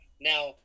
Now